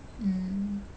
mm